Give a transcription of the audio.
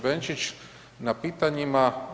Benčić na pitanjima.